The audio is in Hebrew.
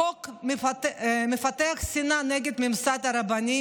החוק מפתח שנאה נגד הממסד הרבני,